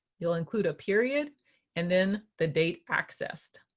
you'll include a period and then the date accessed.